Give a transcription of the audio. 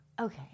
Okay